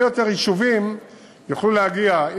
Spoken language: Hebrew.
מהרבה יותר יישובים יוכלו להגיע,